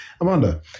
Amanda